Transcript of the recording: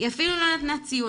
היא אפילו לא נתנה ציון.